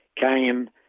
came